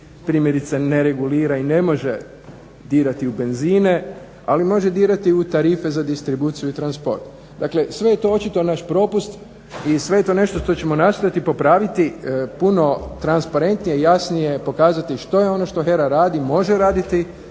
Primjerice, ne regulira i ne može dirati u benzine ali može dirati u tarife za distribuciju i transport. Dakle sve je to očito naš propust i sve je to nešto što ćemo nastojati popraviti puno transparentnije i jasnije pokazati što je ono što HERA radi, može raditi